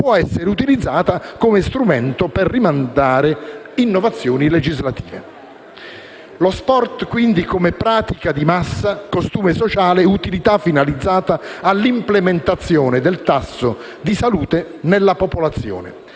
può essere utilizzata come strumento per rimandare innovazioni legislative. Lo sport, quindi, come pratica di massa, costume sociale e utilità finalizzata all'implementazione del tasso di salute nella popolazione,